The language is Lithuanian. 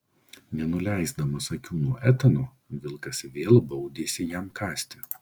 nenuleisdamas akių nuo etano vilkas vėl baudėsi jam kąsti